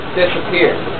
disappeared